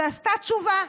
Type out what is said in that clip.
שעשתה תשובה,